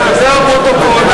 זה בפרוטוקול.